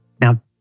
Now